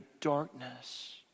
darkness